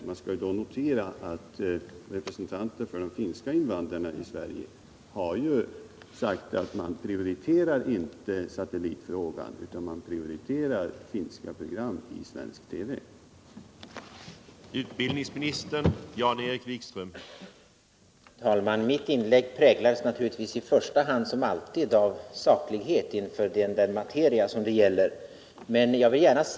Man bör notera att representanter för de finska invandrarna i Sverige har sagt att man inte prioriterar satellitfrågan, utan man prioriterar i stället program på finska producerade av svensk TV.